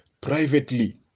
privately